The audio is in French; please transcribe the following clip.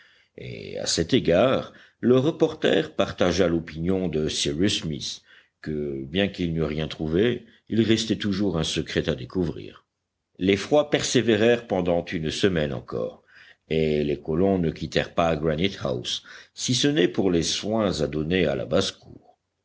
et à cet égard le reporter partagea l'opinion de cyrus smith que bien qu'il n'eût rien trouvé il restait toujours un secret à découvrir les froids persévérèrent pendant une semaine encore et les colons ne quittèrent pas granite house si ce n'est pour les soins à donner à la basse-cour